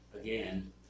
again